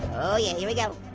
oh yeah, here we go.